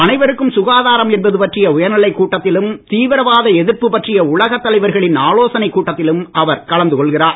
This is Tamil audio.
அனைவருக்கும் சுகாதாரம் என்பது பற்றிய உயர்நிலைக் கூட்டத்திலும் தீவிரவாத எதிர்ப்பு பற்றிய உலகத் தலைவர்களின் ஆலோசனைக் கூட்டத்திலும் அவர் கலந்து கொள்கிறார்